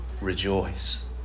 rejoice